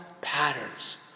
patterns